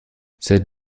cette